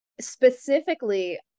specifically